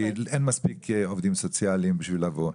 כי אין מספיק עובדים סוציאליים בשביל לבוא,